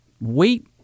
Wait